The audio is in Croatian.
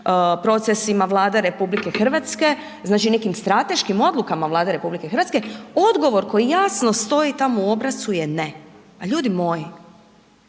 procesima Vlade RH, znači nekim strateškim odlukama Vlade RH, odgovor koji jasno stoji tamo u obrascu je ne. Pa ljudi moji,